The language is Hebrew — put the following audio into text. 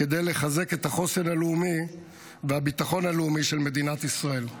כדי לחזק את החוסן הלאומי ואת הביטחון הלאומי של מדינת ישראל.